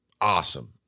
awesome